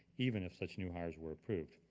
even if such new hires were approved.